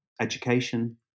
education